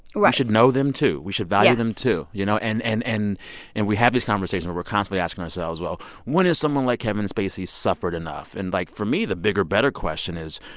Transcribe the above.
should know them, too. we should value them, too. you know? and and and and we have this conversation where we're constantly asking ourselves, well, when has someone like kevin spacey suffered enough? and, like for me, the bigger, better question is,